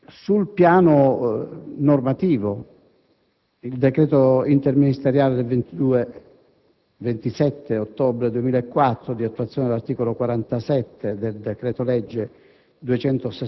Sul piano normativo, il decreto interministeriale del 27 ottobre 2004 (di attuazione dell'articolo 47 del decreto-legge